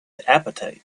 appetite